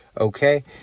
Okay